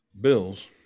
Bills